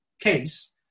Case